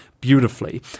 beautifully